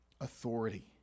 authority